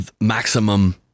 maximum